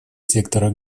сектора